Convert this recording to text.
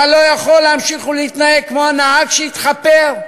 אתה לא יכול להמשיך להתנהג כמו הנהג שהתחפר,